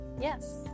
Yes